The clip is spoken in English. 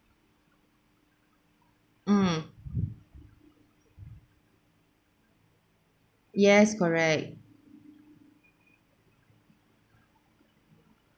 mm yes correct